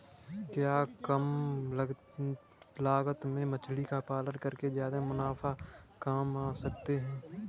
क्या कम लागत में मछली का पालन करके ज्यादा मुनाफा कमा सकते हैं?